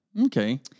Okay